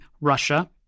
Russia